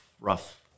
rough